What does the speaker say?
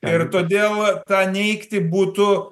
ir todėl tą neigti būtų